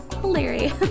hilarious